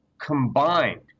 combined